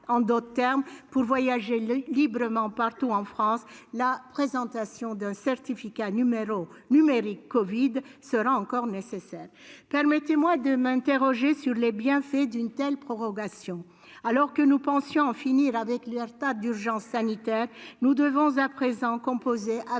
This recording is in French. En d'autres termes, pour voyager librement partout, la présentation d'un certificat numérique covid sera encore nécessaire. Permettez-moi de m'interroger sur les bienfaits d'une telle prorogation. Alors que nous pensions en finir avec l'état d'urgence sanitaire, nous devons à présent composer avec